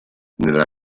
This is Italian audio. nella